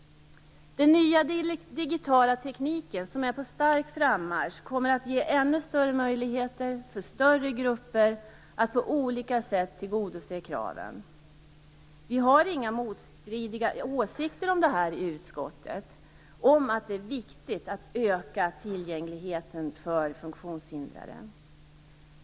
Den nya digitala tekniken, som är på stark frammarsch, kommer att ge ännu större möjligheter för större grupper att på olika sätt tillgodose kraven. Vi har inga motstridiga åsikter i utskottet om att det är viktigt att öka tillgängligheten för funktionshindrade.